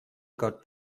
got